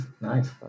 nice